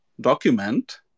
document